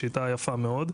זו שיטה יפה מאוד.